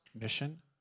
mission